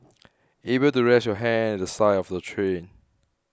able to rest your head at the side of the train